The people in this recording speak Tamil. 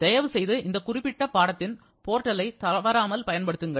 தயவுசெய்து இந்த குறிப்பிட்ட பாடத்தின் போர்ட்டலை தவறாமல் பயன்படுத்துங்கள்